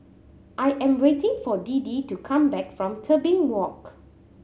I am waiting for Deedee to come back from Tebing Walk